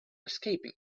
escaping